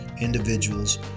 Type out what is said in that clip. individuals